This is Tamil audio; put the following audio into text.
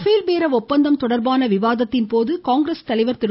பேல்பேர ஒப்பந்தம் தொடர்பான விவாதத்தின் போது காங்கிரஸ் தலைவர் திரு